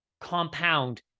compound